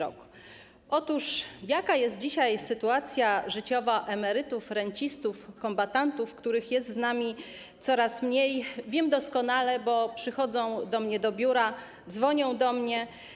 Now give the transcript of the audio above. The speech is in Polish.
Otóż jaka jest dzisiaj sytuacja życiowa emerytów, rencistów, kombatantów, których jest z nami coraz mniej, wiem doskonale, bo przychodzą do mnie do biura, dzwonią do mnie.